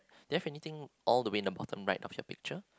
do you have anything all the way in the bottom right of your picture